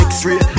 X-ray